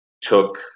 took